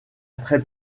très